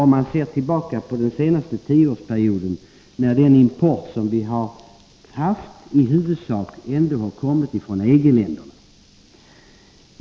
Under den senaste tioårsperioden har vår import i huvudsak kommit från EG-länderna.